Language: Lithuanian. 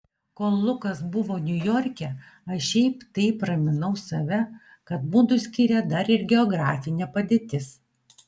kol lukas buvo niujorke aš šiaip taip raminau save kad mudu skiria dar ir geografinė padėtis